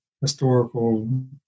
historical